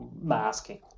masking